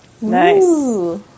Nice